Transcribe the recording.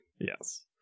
Yes